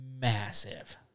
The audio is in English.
massive